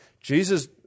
Jesus